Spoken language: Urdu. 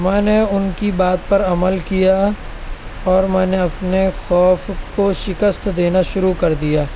میں نے ان کی بات پر عمل کیا اور میں نے اپنے خوف کو شکست دینا شروع کر دیا